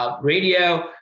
Radio